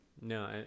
no